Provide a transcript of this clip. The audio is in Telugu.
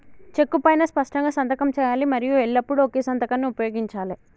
చెక్కు పైనా స్పష్టంగా సంతకం చేయాలి మరియు ఎల్లప్పుడూ ఒకే సంతకాన్ని ఉపయోగించాలే